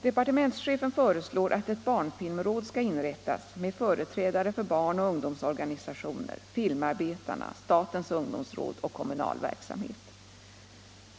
Departementschefen föreslår att ett barnfilmråd skall inrättas med företrädare för barnoch ungdomsorganisationer, filmarbetarna, statens ungdomsråd och kommunal verksamhet.